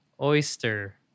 oyster